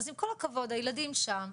אז עם כל הכבוד הילדים שם,